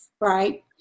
right